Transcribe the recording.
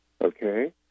Okay